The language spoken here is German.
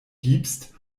gibst